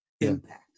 impact